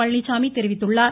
பழனிச்சாமி தெரிவித்துள்ளார்